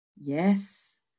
Yes